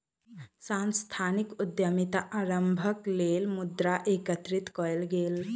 सांस्थानिक उद्यमिता आरम्भक लेल मुद्रा एकत्रित कएल गेल